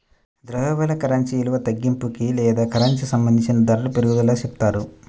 ద్రవ్యోల్బణం కరెన్సీ విలువ తగ్గింపుకి లేదా కరెన్సీకి సంబంధించిన ధరల పెరుగుదలగా చెప్తారు